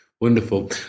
wonderful